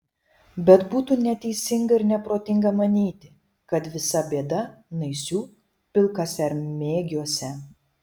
bet būtų neteisinga ir neprotinga manyti kad visa bėda naisių pilkasermėgiuose